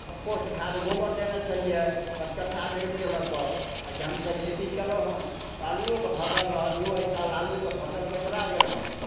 compost खाद गोबर देने छलिए पचकठामे एक टेलरके आओर ढङ्गसे खेती कएलहुँ हँ तऽ आलुओके फसल रहऽ दिऔ एहि साल आलूके फसल गड़बड़ा गेल हँ